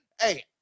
hey